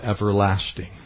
everlasting